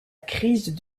crise